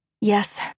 Yes